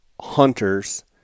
hunters